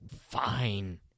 Fine